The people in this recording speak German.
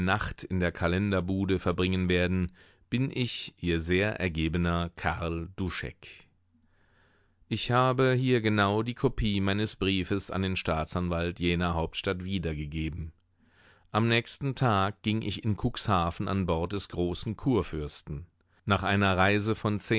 nacht in der kalenderbude verbringen werden bin ich ihr sehr ergebener karl duschek ich habe hier genau die kopie meines briefes an den staatsanwalt jener hauptstadt wiedergegeben am nächsten tag ging ich in cuxhaven an bord des großen kurfürsten nach einer reise von